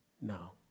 Now